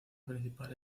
principal